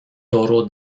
toro